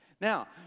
Now